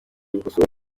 gukosora